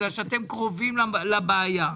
בגלל שאתם קרובים לבעיה.